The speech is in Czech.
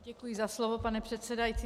Děkuji za slovo, pane předsedající.